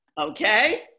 Okay